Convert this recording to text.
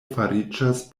fariĝas